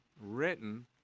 written